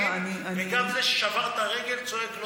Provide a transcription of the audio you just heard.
וגם זה ששבר את הרגל צועק,